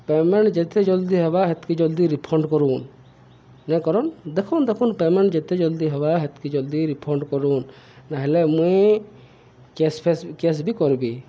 payment ଯେତେ ଜଲ୍ଦି ହେବା ହେତ୍କି ଜଲ୍ଦି ରିଫଣ୍ଡ କରୁନ୍ ନଁ କରନ୍ ଦେଖୁନ୍ ଦେଖୁନ୍ ପେମେଣ୍ଟ ଯେତେ ଜଲ୍ଦି ହେବା ହେତ୍କି ଜଲ୍ଦି ରିଫଣ୍ଡ କରୁନ୍ ନହେଲେ ମୁଇଁ କ୍ୟାସ୍ ଫେସ୍ କେସ୍ ବି କରବି